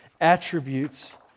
attributes